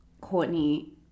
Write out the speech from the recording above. Courtney